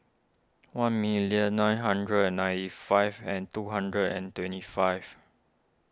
one million nine hundred and ninety five and two hundred and twenty five